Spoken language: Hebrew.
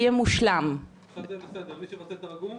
אני משתמשת בכל ישיבה כדי לקדם את המאבק